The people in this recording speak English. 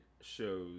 shows